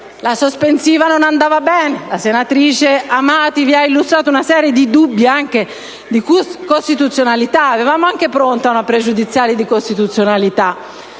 la sospensiva non andava bene; la senatrice Amati vi ha illustrato anche una serie di dubbi di costituzionalità (e avevamo anche pronta una pregiudiziale di costituzionalità),